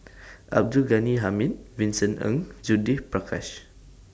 Abdul Ghani Hamid Vincent Ng and Judith Prakash